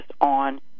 on